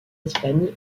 espagne